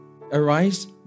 arise